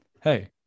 hey